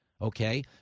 Okay